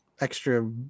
extra